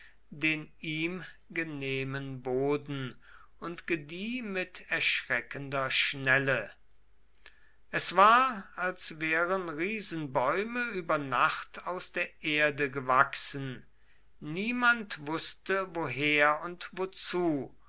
den ihm genehmen boden und gedieh mit erschreckender schnelle es war als wären riesenbäume über nacht aus der erde gewachsen niemand wußte woher und wozu